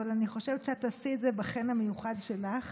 אבל אני חושבת שאת תעשי את זה בחן המיוחד שלך